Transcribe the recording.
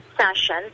session